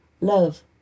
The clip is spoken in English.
love